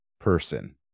person